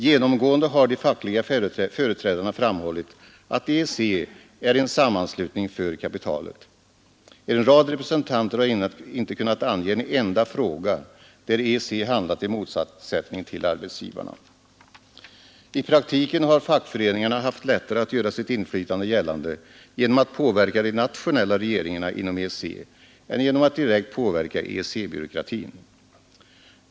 Genomgående har de fackliga företrädarna framhållit att EEC är en sammanslutning för kapitalet. En rad representanter har inte kunnat ange en enda fråga där EEC handlat i motsättning till arbetsgivarna. I praktiken har fackföreningarna haft lättare att göra sitt inflytande gällande genom att påverka de nationella regeringarna inom EEC än genom att direkt påverka EEC-byråkratin.